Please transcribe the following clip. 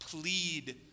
Plead